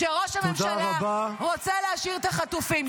-- שראש הממשלה רוצה להשאיר את החטופים.